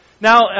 Now